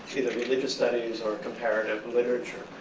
either religious studies or comparative literature.